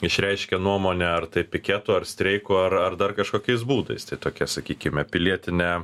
išreiškia nuomonę ar tai piketu ar streiku ar ar dar kažkokiais būdais tai tokia sakykime pilietinė